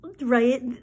Right